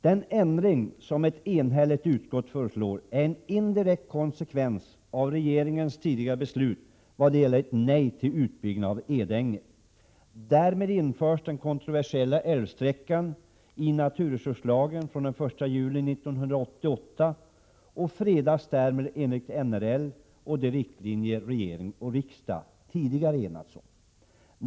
Den ändring som ett enhälligt utskott föreslår är en indirekt konsekvens av regeringens tidigare beslut i vad gäller ett nej till utbyggnad av Edänge. Därmed införs den kontroversiella älvsträckan i naturresurslagen den 1 juli 1988 och fredas alltså enligt NRL och de riktlinjer regering och riksdag tidigare har enats om.